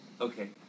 Okay